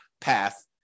path